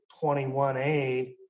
21A